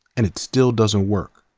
and it still doesn't work.